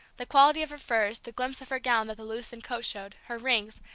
the quality of her furs, the glimpse of her gown that the loosened coat showed, her rings,